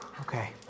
Okay